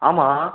ஆமாம்